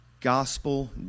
gospel